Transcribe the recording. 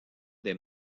des